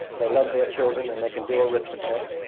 they love their children and they can do arithmetic,